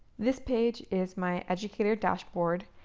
this page is my educator dashboard,